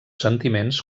sentiments